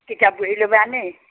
কিতাপ বহী ল'বা নেকি